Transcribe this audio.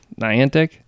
Niantic